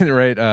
and right?